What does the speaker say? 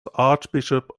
archbishop